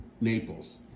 Naples